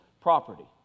property